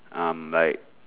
um like